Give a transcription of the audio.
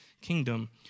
kingdom